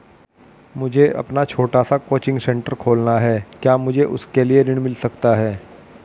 मुझे अपना छोटा सा कोचिंग सेंटर खोलना है क्या मुझे उसके लिए ऋण मिल सकता है?